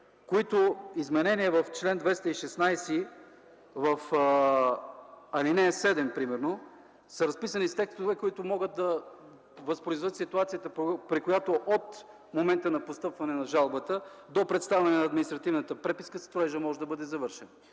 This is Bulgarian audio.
и в комисията, където в ал. 7, примерно, са разписани текстове, които могат да възпроизведат ситуацията, при която от момента на постъпване на жалбата до представяне на административната преписка строежът може да бъде завършен.